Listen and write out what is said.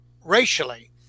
racially